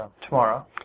tomorrow